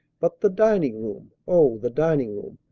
but the dining-room, oh, the dining-room!